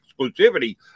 exclusivity